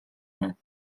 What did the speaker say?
байна